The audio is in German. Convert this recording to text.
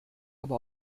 aber